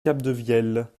capdevielle